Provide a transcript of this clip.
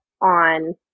on